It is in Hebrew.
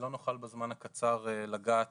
לא נוכל בזמן הקצר לגעת